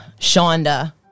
Shonda